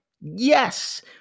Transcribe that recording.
Yes